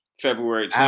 February